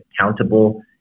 accountable